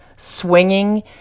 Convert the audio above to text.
swinging